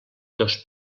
dos